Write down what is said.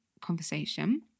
conversation